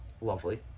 lovely